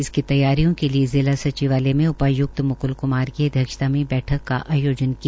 इसकी तैयारियों के लिए जिला सचिवालय में उपाय्क्त मुक्ल क्मार की अध्यक्षता में बैठक का आयोजन किया